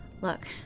Look